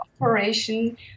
operation